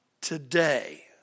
today